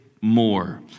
more